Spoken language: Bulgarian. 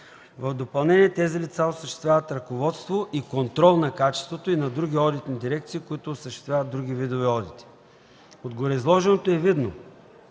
В допълнение, тези лица, осъществяват ръководство и контрол на качество и на други одитни дирекции, които осъществяват други видове одити. От гореизложеното е видно,